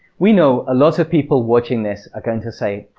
we know a lot of people watching this are going to say,